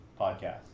Podcast